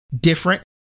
different